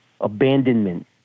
abandonment